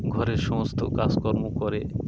ঘরের সমস্ত কাজকর্ম করে